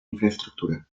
infraestructura